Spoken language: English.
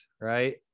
right